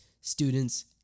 students